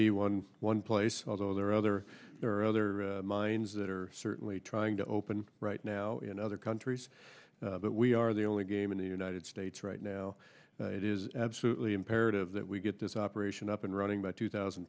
be one one place although there are other there are other mines that are certainly to open right now in other countries but we are the only game in the united states right now it is absolutely imperative that we get this operation up and running by two thousand